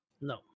No